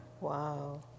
Wow